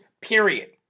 period